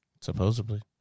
Supposedly